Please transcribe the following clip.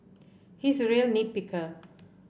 he is a real nit picker